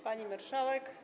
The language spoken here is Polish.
Pani Marszałek!